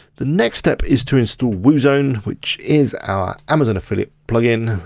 the next step is to instal woozone, which is our amazon affiliate plugin.